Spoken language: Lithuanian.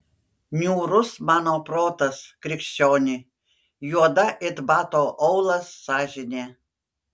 niūrus mano protas krikščioni juoda it bato aulas sąžinė